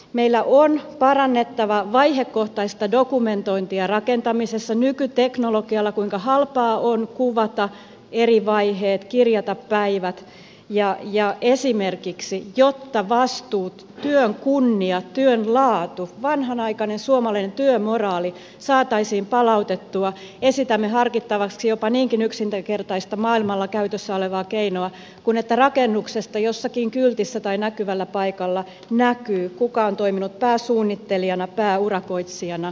meidän on parannettava vaihekohtaista dokumentointia rakentamisessa kuinka halpaa on nykyteknologialla kuvata eri vaiheet kirjata päivät ja esimerkiksi jotta vastuut työn kunnia työn laatu vanhanaikainen suomalainen työmoraali saataisiin palautettua esitämme harkittavaksi jopa niinkin yksinkertaista maailmalla käytössä olevaa keinoa kuin että rakennuksesta jossakin kyltissä tai näkyvällä paikalla näkyy kuka on toiminut pääsuunnittelijana pääurakoitsijana ja valvojana